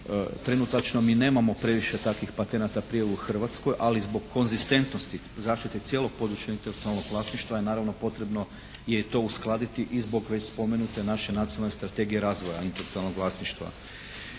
trenutačno mi nemamo previše takvih patenata prije u Hrvatskoj ali zbog konzistentnosti, zaštite cijelog područja intelektualnog vlasništva je naravno potrebno je to uskladiti i zbog već spomenute naše Nacionalne strategije razvoja intelektualnog vlasništva.